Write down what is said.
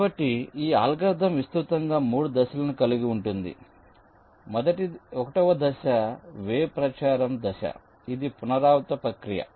కాబట్టి ఈ అల్గోరిథం విస్తృతంగా 3 దశలను కలిగి ఉంటుంది 1 వ దశ వేవ్ ప్రచారం దశ ఇది పునరావృత ప్రక్రియ